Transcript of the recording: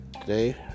today